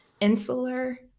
insular